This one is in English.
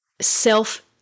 self